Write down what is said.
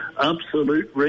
absolute